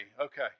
Okay